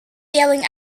yelling